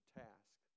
task